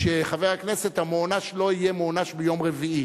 שחבר הכנסת המוענש לא יהיה מוענש ביום רביעי,